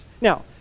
Now